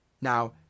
Now